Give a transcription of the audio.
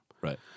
Right